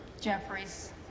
Jeffries